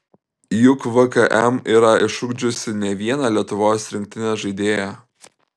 juk vkm yra išugdžiusi ne vieną lietuvos rinktinės žaidėją